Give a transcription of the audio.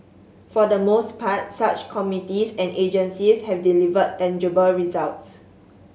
for the most part such committees and agencies have delivered tangible results